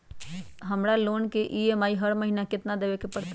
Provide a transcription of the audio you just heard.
हमरा लोन के ई.एम.आई हर महिना केतना देबे के परतई?